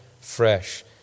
fresh